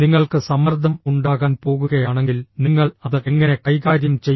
നിങ്ങൾക്ക് സമ്മർദ്ദം ഉണ്ടാകാൻ പോകുകയാണെങ്കിൽ നിങ്ങൾ അത് എങ്ങനെ കൈകാര്യം ചെയ്യും